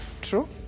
true